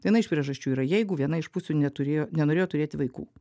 viena iš priežasčių yra jeigu viena iš pusių neturėjo nenorėjo turėti vaikų